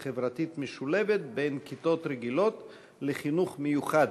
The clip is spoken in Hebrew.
וחברתית משולבת של כיתות רגילות וחינוך מיוחד.